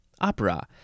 opera